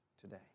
today